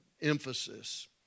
emphasis